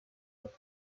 with